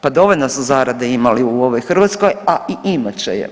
Pa dovoljno su zarade imali u ovoj Hrvatskoj, a i imat će je.